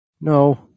no